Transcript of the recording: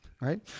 Right